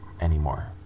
anymore